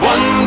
One